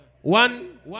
One